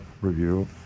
review